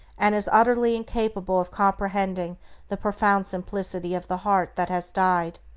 and is utterly incapable of comprehending the profound simplicity of the heart that has died,